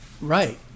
Right